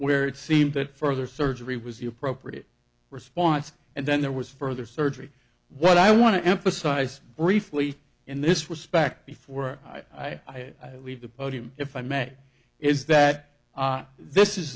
where it seemed that further surgery was the appropriate response and then there was further surgery what i want to emphasize briefly in this respect before i leave the podium if i may is that this is